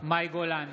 מאי גולן,